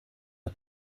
are